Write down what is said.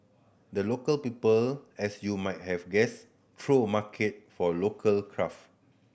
the Local People as you might have guessed throw market for local craft